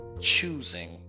choosing